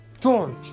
George